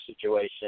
situation